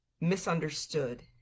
misunderstood